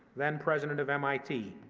then president of mit,